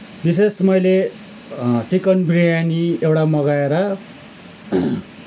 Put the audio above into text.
विशेष मैले चिकन बिरयानी एउटा मगाएर